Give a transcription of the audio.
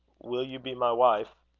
will you be my wife?